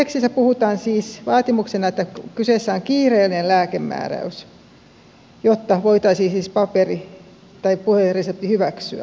tekstissä mainitaan siis vaatimuksena että kyseessä on kiireellinen lääkemääräys jotta paperi tai puhelinresepti voitaisiin hyväksyä